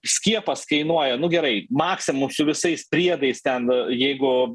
skiepas kainuoja nu gerai maksimum su visais priedais ten jeigu